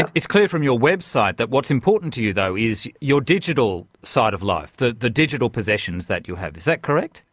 it's clear from your website that what's important to you though is your digital side of life, the the digital possessions that you have. is that correct?